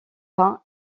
pas